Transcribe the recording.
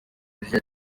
akanya